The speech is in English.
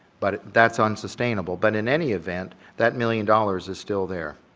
but that's unsustainable, but in any event that million dollars is still there.